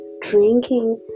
drinking